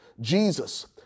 Jesus